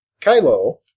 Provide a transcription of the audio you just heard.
Kylo